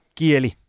kieli